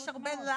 יש הרבה לחץ.